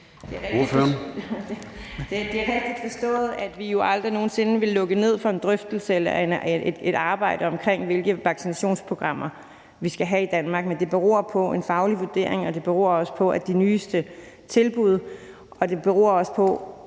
Det er rigtigt forstået, at vi jo aldrig nogen sinde ville lukke ned for en drøftelse eller et arbejde om, hvilke vaccinationsprogrammer vi skal have i Danmark. Men det beror på en faglig vurdering, det beror på de nyeste tilbud, og det beror også på